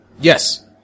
Yes